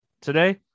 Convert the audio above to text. today